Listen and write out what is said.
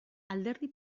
alderdi